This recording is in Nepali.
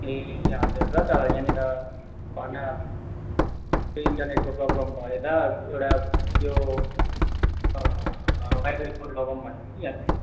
ए हजुर ल त यहाँनेर घरमा यो इन्टरनेटको प्रब्लम भएर एउटा यो वाइफाई बरु लगाऊँ भनेको कि यहाँनेरि